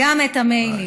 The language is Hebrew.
גם את המיילים.